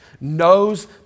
knows